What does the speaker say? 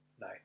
No